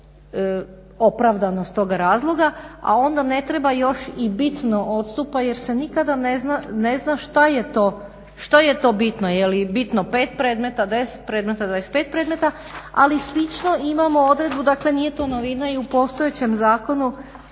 opravdanost tog razloga, a onda ne treba još i bitno odstupa jer se nikada ne zna što je to bitno. Je li bitno 5 predmeta, 10 predmeta, 25 predmeta ali slično imamo odredbu, dakle nije to novina. I u postojećem zakonu